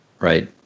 Right